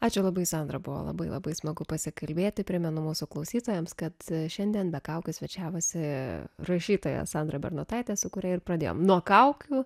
ačiū labai sandra buvo labai labai smagu pasikalbėti primenu mūsų klausytojams kad šiandien be kaukių svečiavosi rašytoja sandra bernotaitė su kuria ir pradėjom nuo kaukių